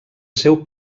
seu